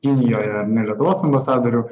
kinijoje ar ne lietuvos ambasadorių